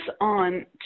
on